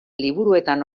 liburuetan